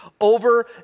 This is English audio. over